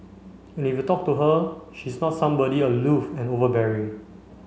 and if you talk to her she's not somebody aloof and overbearing